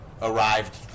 arrived